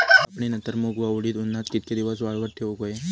कापणीनंतर मूग व उडीद उन्हात कितके दिवस वाळवत ठेवूक व्हये?